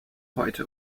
heute